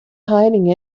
hiding